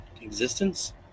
existence